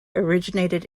originated